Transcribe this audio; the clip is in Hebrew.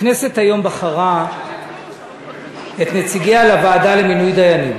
הכנסת היום בחרה את נציגיה לוועדה למינוי דיינים,